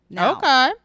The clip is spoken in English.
Okay